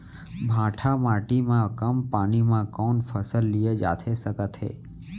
भांठा माटी मा कम पानी मा कौन फसल लिए जाथे सकत हे?